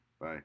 Bye